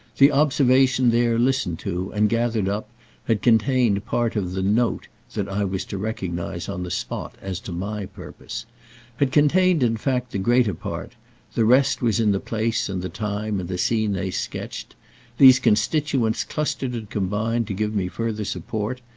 the observation there listened to and gathered up had contained part of the note that i was to recognise on the spot as to my purpose had contained in fact the greater part the rest was in the place and the time and the scene they sketched these constituents clustered and combined to give me further support,